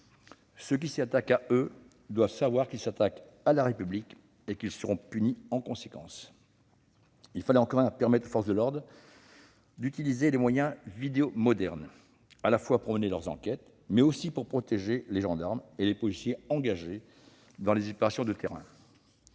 Ceux qui s'attaquent à eux doivent savoir qu'ils s'attaquent à la République et qu'ils seront punis en conséquence. Il fallait enfin permettre aux forces de l'ordre d'utiliser les moyens vidéo modernes, pour mener leurs enquêtes, mais aussi pour protéger les gendarmes et les policiers engagés dans des opérations de terrain.